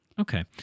Okay